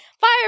fire